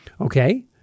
Okay